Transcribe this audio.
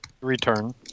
return